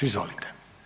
Izvolite.